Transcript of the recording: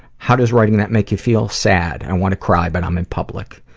how does writing that make you feel? sad. i want to cry but i'm in public.